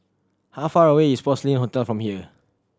how far away is Porcelain Hotel from here